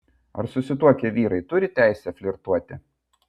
ar susituokę vyrai turi teisę flirtuoti